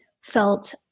felt